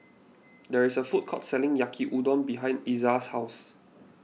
there is a food court selling Yaki Udon behind Izaiah's house